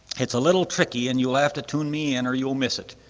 it's a little tricky and you'll have to tune me in or you'll miss it.